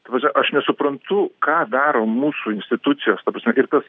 ta prasme aš nesuprantu ką daro mūsų institucijos ir tas